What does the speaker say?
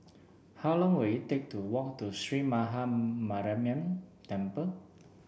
how long will it take to walk to Sree Maha Mariamman Temple